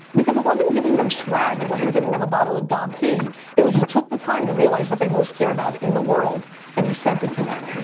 because it wasn't giving them schwag, it wasn't giving them a bottle of dumpy. it was, you took the time to realize what they most care about in the world and you sent it to them.